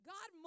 God